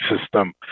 system